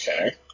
Okay